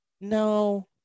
No